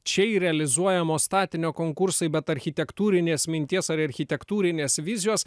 čia įrealizuojamo statinio konkursai bet architektūrinės minties ar architektūrinės vizijos